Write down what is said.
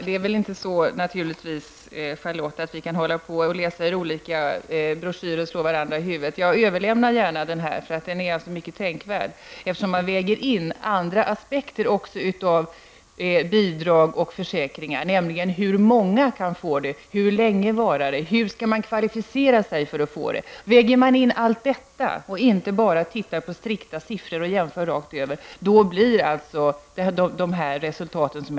Herr talman! Vi kan naturligtvis inte hålla på och slå varandra i huvudet med siffrorna i olika broschyrer, Charlotte Cederschiöld. Jag överlämnar gärna den skrift jag talade om. Den är mycket tänkvärd, eftersom man där väger in också andra aspekter på bidrag och försäkringar, nämligen hur många som kan få förmånerna, hur länge de varar och hur man skall kvalificera sig för att få dem. Väger man in allt detta i stället för att bara strikt jämföra siffrorna rakt av blir resultatet det som jag talat om.